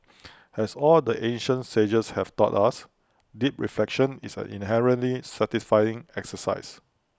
as all the ancient sages have taught us deep reflection is an inherently satisfying exercise